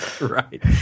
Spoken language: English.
Right